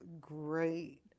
great